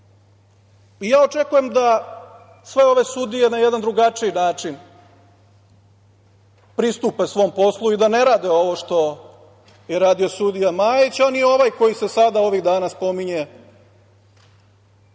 očekujem da sve ove sudije na jedan drugačiji način pristupe svom poslu i da ne rade ovo što je radio sudija Majić, a ni ovaj koji se sada ovih dana spominje